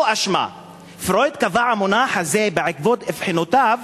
שפרויד אבחן אותה,